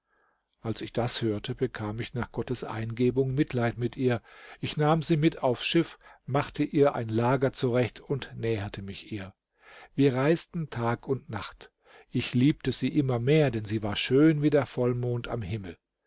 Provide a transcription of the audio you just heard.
als ich das hörte bekam ich nach gottes eingebung mitleid mit ihr ich nahm sie mit aufs schiff machte ihr ein lager zurecht und näherte mich ihr wir reisten tag und nacht ich liebte sie immer mehr denn sie war schön wie der vollmond am himmel